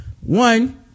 one